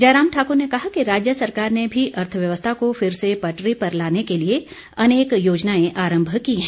जयराम ठाकुर ने कहा कि राज्य सरकार ने भी अर्थव्यवस्था को फिर से पटरी पर लाने के लिए अनेक योजनाएं आरंभ की हैं